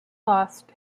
lost